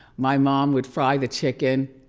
my mom would fry the chicken.